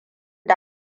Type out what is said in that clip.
da